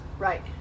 Right